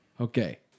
Okay